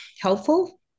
helpful